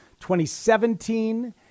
2017